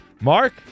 Mark